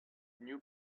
new